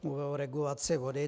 Mluvil o regulaci vody.